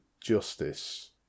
Justice